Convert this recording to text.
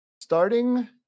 starting